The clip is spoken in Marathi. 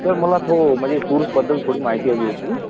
सर मला थो म्हणजे टूर्सबद्दल थोडी माहिती हवी होती